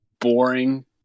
boring